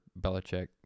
Belichick